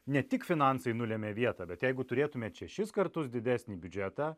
ne tik finansai nulemia vietą bet jeigu turėtumėt šešis kartus didesnį biudžetą